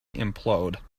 implode